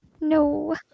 No